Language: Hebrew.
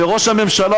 שראש הממשלה,